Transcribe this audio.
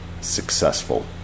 successful